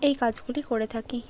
এই কাজগুলি করে থাকি